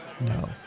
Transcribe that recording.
no